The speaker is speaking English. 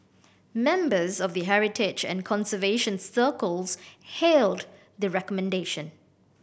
members of the heritage and conservation circles hailed the recommendation